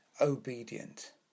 obedient